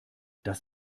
das